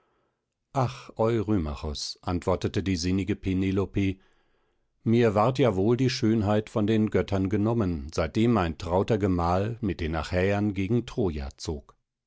ach eurymachos antwortete die sinnige penelope mir ward ja wohl die schönheit von den göttern genommen seitdem mein trauter gemahl mit den achäern gegen troja zog